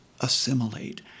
assimilate